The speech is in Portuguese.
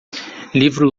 livro